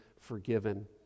forgiven